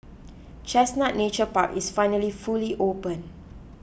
Chestnut Nature Park is finally fully open